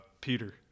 Peter